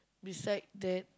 beside that